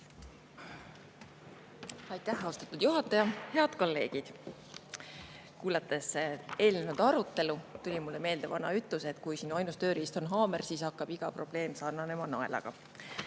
Aitäh, austatud juhataja! Head kolleegid! Kuulates eelnenud arutelu, tuli mulle meelde vana ütlus, et kui sinu ainus tööriist on haamer, siis hakkab iga probleem sarnanema naelaga.